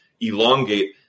elongate